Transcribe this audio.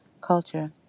culture